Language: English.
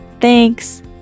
Thanks